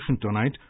tonight